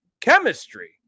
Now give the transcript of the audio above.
chemistry